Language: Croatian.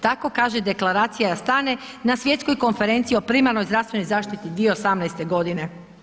Tako kaže deklaracija ... na Svjetskoj konferenciji o primarnoj zdravstvenoj zaštiti 2018. godine.